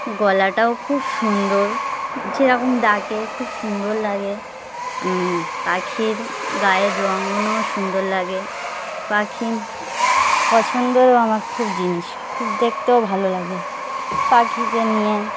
গলাটাও খুব সুন্দর যেরকম ডাকে খুব সুন্দর লাগে পাখির গায়ের রঙগুলোও সুন্দর লাগে পাখি পছন্দেরও আমার খুব জিনিস খুব দেখতেও ভালো লাগে পাখিকে নিয়ে